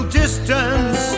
distance